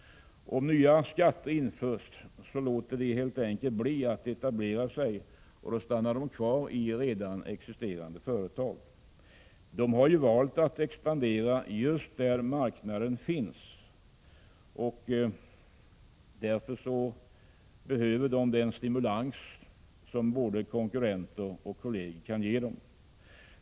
Om nya skatter införs låter de helt enkelt bli att etablera sig och stannar kvar i existerande företag. De har ju valt att expandera just där marknaden finns och därför att de behöver den stimulans som både konkurrenter och kolleger kan ge dem.